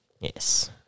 yes